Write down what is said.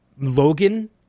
Logan